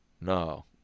No